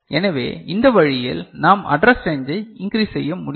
எனவே இந்த வழியில் நாம் அட்ரஸ் ரேஞ்சை இன்க்ரீஸ் செய்ய முடியும்